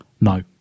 no